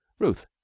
ruth